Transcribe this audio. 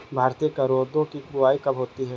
भारतीय करौदे की बुवाई कब होती है?